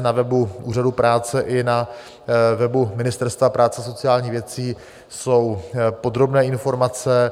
Na webu Úřadu práce i na webu Ministerstva práce a sociálních věcí jsou podrobné informace.